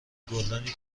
گلدانی